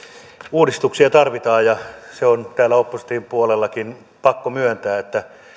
uudistuksia tarvitaan se on täällä opposition puolellakin pakko myöntää että